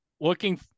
looking